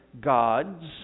gods